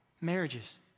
marriages